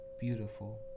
beautiful